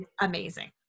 amazing